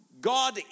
God